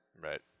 Right